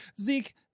Zeke